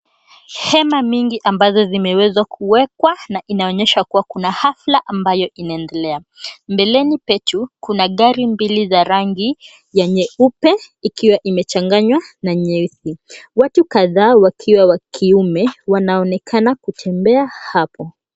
Hema mingi ambazo zimewezwa kuekwa na inaonyesha kuwa kuna afla ambayo inaendelea. Mbeleni petu kuna gari mbili za rangi ya nyeupe ikiwa imechanganywa na nyeusi watu kadhaa wakiwa wa kiume wanaonekana wakitembea hapo.